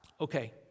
okay